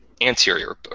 anterior